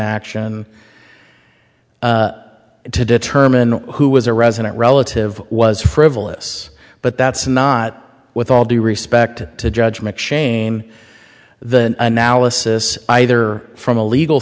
action to determine who was a resident relative was frivolous but that's not with all due respect to judgement shame the analysis either from a legal